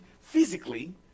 physically